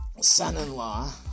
son-in-law